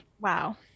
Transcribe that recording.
wow